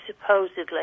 supposedly